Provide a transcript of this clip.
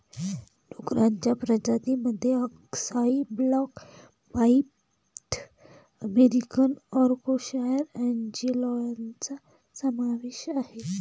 डुक्करांच्या प्रजातीं मध्ये अक्साई ब्लॅक पाईड अमेरिकन यॉर्कशायर अँजेलॉनचा समावेश आहे